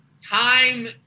time